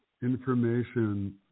information